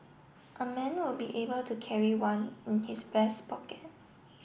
a man will be able to carry one in his vest pocket